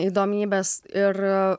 įdomybes ir